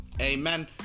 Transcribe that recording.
Amen